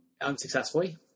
unsuccessfully